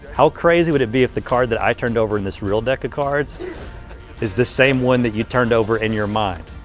how crazy would it be if the card that i turned over in this real deck of cards is the same one that you turned over in your mind.